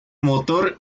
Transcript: motor